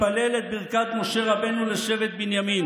ואנו נתפלל את ברכת משה רבנו לשבט בנימין: